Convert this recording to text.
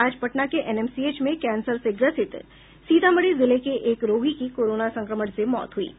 आज पटना के एनएमसीएच में कैंसर से ग्रसित सीतामढ़ी जिले के एक रोगी की कोरोना संक्रमण से मौत हुई है